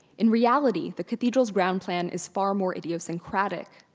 in reality, the cathedral's ground plan is far more idiosyncratic.